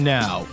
now